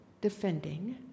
defending